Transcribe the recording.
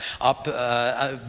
up